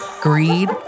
greed